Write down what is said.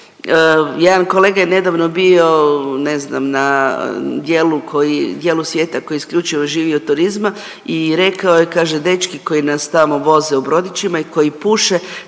Jedan kolega je nedavno bio ne znam na dijelu koji, dijelu svijeta koji isključivo živi od turizma i rekao je, kaže, dečki koji nas tamo voze u brodićima i koji puše,